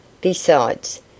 Besides